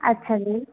ਅੱਛਾ ਜੀ